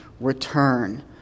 return